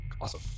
Awesome